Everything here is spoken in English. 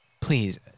Please